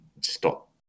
stop